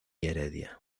heredia